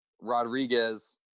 Rodriguez